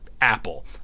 Apple